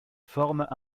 forment